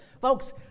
Folks